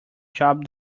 job